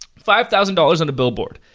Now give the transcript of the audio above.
five thousand dollars on a billboard,